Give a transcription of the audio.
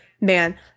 man